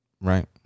Right